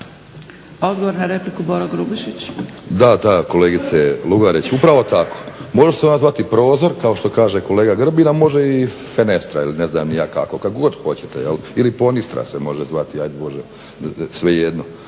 **Grubišić, Boro (HDSSB)** Da, da, kolegice Lugarič, upravo tako, može se ona zvati prozor, kao što kaže kolega Grbin a može i fenestra ili ne znam ni ja kako, kako god hoćete, ili ponistra se može zvati, ajde …/Govornik